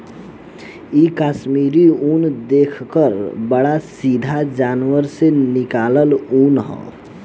इ कश्मीरी उन देखतऽ बाड़ऽ सीधा जानवर से निकालल ऊँन ह